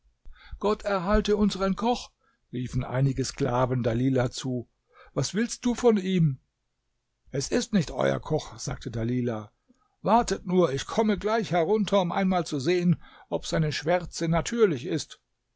gott erhalte unseren koch riefen einige sklaven dalilah zu was willst du von ihm es ist nicht euer koch sagte dalilah wartet nur ich komme gleich herunter um einmal zu sehen ob seine schwärze natürlich ist